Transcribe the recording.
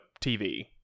tv